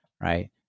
right